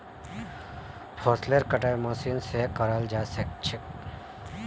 फसलेर कटाई मशीन स कराल जा छेक